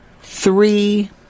three